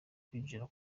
kwinjira